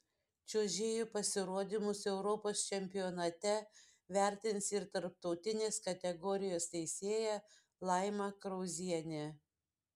čiuožėjų pasirodymus europos čempionate vertins ir tarptautinės kategorijos teisėja laima krauzienė